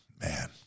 man